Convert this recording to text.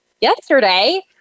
yesterday